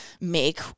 make